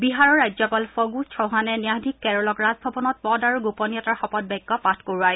বিহাৰৰ ৰাজ্যপাল ফণ্ড চৌহানে ন্যায়াধীশ কেৰলক ৰাজভৱনত পদ আৰু গোপনীয়তাৰ শপতবাক্য পাঠ কৰোৱায়